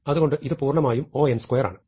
അതുകൊണ്ടു ഇത് പൂർണമായും O ആണ്